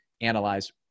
analyze